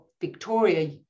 Victoria